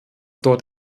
dort